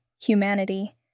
humanity